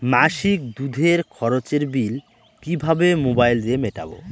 মাসিক দুধের খরচের বিল কিভাবে মোবাইল দিয়ে মেটাব?